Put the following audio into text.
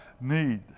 need